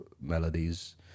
melodies